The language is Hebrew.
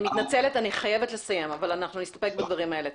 אני מתנצלת אבל אנחנו נסתפק בדברים האלה.